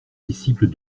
disciple